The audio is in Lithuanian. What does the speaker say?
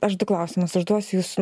aš du klausimus užduosiu jūs